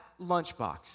lunchbox